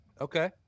Okay